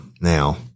Now